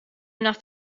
naf